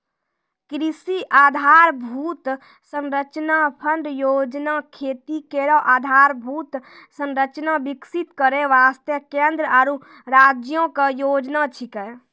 कृषि आधारभूत संरचना फंड योजना खेती केरो आधारभूत संरचना विकसित करै वास्ते केंद्र आरु राज्यो क योजना छिकै